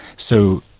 so,